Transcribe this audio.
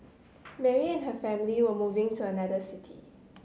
Mary and her family were moving to another city